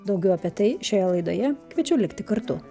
daugiau apie tai šioje laidoje kviečiu likti kartu